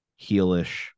heelish